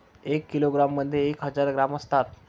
एका किलोग्रॅम मध्ये एक हजार ग्रॅम असतात